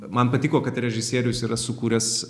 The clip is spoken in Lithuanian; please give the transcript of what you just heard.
man patiko kad režisierius yra sukūręs